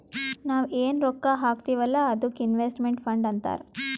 ನಾವ್ ಎನ್ ರೊಕ್ಕಾ ಹಾಕ್ತೀವ್ ಅಲ್ಲಾ ಅದ್ದುಕ್ ಇನ್ವೆಸ್ಟ್ಮೆಂಟ್ ಫಂಡ್ ಅಂತಾರ್